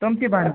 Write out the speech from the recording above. تِم تہِ بَنن